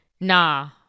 nah